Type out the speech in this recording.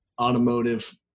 automotive